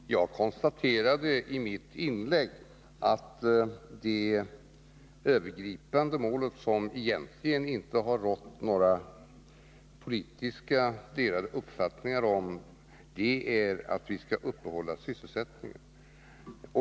Herr talman! Jag konstaterade i mitt inlägg att det övergripande målet, som det politiskt egentligen inte har rått några delade uppfattningar om, är att vi skall upprätthålla sysselsättningen.